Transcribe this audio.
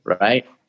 right